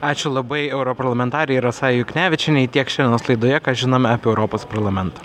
ačiū labai europarlamentarei rasai juknevičienei tiek šiandienos laidoje ką žinome apie europos parlamentą